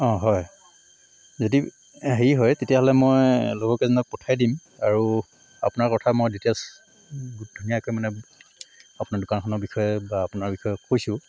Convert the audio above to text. অঁ হয় যদি হেৰি হয় তেতিয়াহ'লে মই লগৰ কেইজনক পঠিয়াই দিম আৰু আপোনাৰ কথা মই ডিটেইলছ ধুনীয়াকৈ মানে আপোনাৰ দোকানখনৰ বিষয়ে বা আপোনাৰ বিষয়ে কৈছোঁ